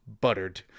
buttered